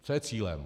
Co je cílem?